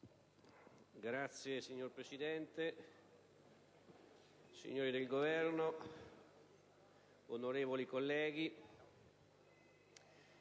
*relatore*. Signor Presidente, signori del Governo, onorevoli colleghi,